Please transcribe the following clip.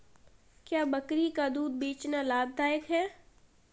क्या बकरी का दूध बेचना लाभदायक है?